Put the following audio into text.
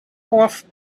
off